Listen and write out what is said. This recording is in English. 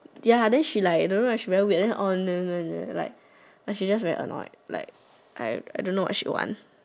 ya then she like I don't know she very weird then she like she just very annoyed like I don't know what she want